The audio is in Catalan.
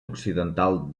occidental